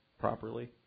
properly